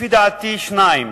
לפי דעתי, שניים.